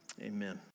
Amen